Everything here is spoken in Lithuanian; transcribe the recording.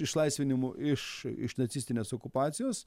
išlaisvinimu iš iš nacistinės okupacijos